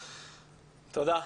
תודה.